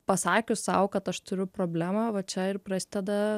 pasakius sau kad aš turiu problemą va čia ir prasideda